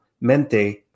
mente